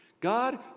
God